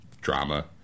drama